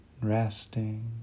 resting